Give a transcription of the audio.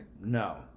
No